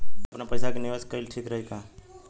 आपनपईसा के निवेस कईल ठीक रही का?